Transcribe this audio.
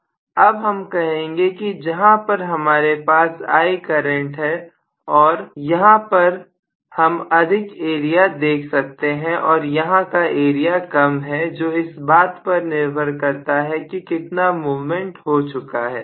अब हम कहेंगे कि जहां पर हमारे पास I करंट है और यहां पर हम अधिक एरिया देख सकते हैं और यहां का एरिया कम है जो इस बात पर निर्भर करता है कि कितना मूवमेंट हो चुका है